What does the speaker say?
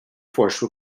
force